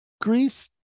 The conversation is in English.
grief